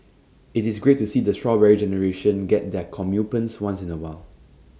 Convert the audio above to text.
IT is great to see the Strawberry Generation get their comeuppance once in A while